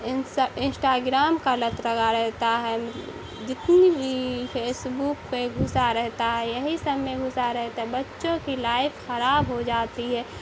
انسا انسٹاگرام کا لت لگا رہتا ہے جتنی بھی فیسبک پہ گھسا رہتا ہے یہی سب میں گھسا رہتا ہے بچوں کی لائف خراب ہو جاتی ہے